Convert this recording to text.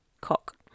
Cock